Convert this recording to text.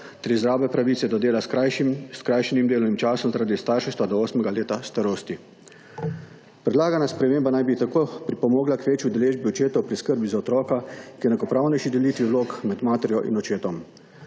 ter izrabe pravice do dela s skrajšanim delovnim časom zaradi starševstva do 8 leta starosti. Predlagana sprememba naj bi tako pripomogla k večji udeležbi očeta pri skrbi za otroka k enakopravnejši delitvi vlog med materjo in očetom.